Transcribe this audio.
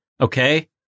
okay